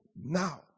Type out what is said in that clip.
now